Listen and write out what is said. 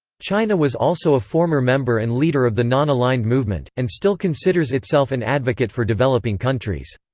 china was also a former member and leader of the non-aligned movement, and still considers itself an advocate for developing countries.